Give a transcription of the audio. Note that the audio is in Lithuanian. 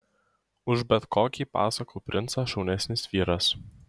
už bet kokį pasakų princą šaunesnis vyras